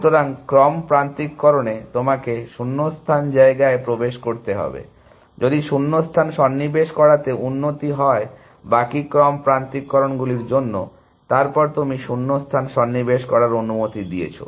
সুতরাং ক্রম প্রান্তিককরণে তোমাকে শূন্যস্থান জায়গায় প্রবেশ করতে হবে যদি শূন্যস্থান সন্নিবেশ করাতে উন্নতি হয় বাকি ক্রম প্রান্তিককরণ গুলির জন্য তারপর তুমি শূন্যস্থান সন্নিবেশ করার অনুমতি দিয়েছো